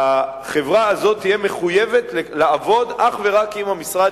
שהחברה הזאת תהיה מחויבת לעבוד אך ורק עם המשרד